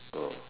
oh